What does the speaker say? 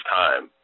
time